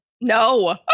No